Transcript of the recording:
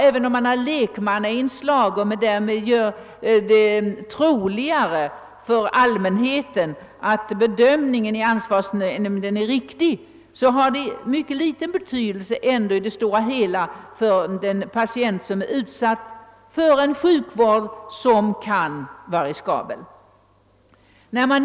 Även om det i denna nämnd finns lekmannainslag, vilket gör att det för allmänheten framstår som [roligare att de bedömningar som där görs är riktiga, har ansvarsnämnden i det stora hela mycket liten betydelse för den patient som är föremål för en sjukvård, som innefattar vissa riskmoment.